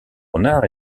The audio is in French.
renard